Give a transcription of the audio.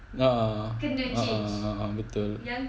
a'ah a'ah a'ah betul